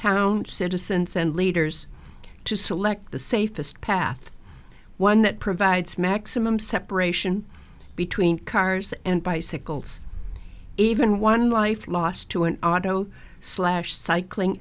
town citizens and leaders to select the safest path one that provides maximum separation between cars and bicycles even one life lost to an auto slash cycling